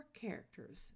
characters